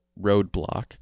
roadblock